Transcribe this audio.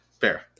Fair